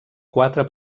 quatre